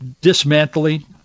dismantling